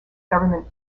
government